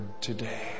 today